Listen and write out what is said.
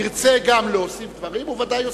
ירצה גם להוסיף דברים, הוא בוודאי יוסיף.